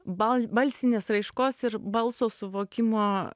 balsinės raiškos ir balso suvokimo